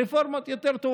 הרפורמות טובות יותר,